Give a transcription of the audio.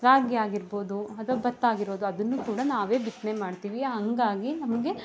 ರಾಗಿ ಆಗಿರ್ಬೋದು ಅತ್ವ ಭತ್ತ ಆಗಿರೋದು ಅದನ್ನು ಕೂಡ ನಾವೇ ಬಿತ್ತನೆ ಮಾಡ್ತೀವಿ ಹಂಗಾಗಿ ನಮಗೆ